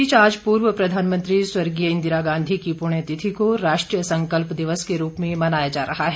इस बीच आज पूर्व प्रधानमंत्री स्वर्गीय इंदिरा गांधी की पृण्यतिथि को राष्ट्रीय संकल्प दिवस के रूप में मनाया जा रहा है